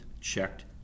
checked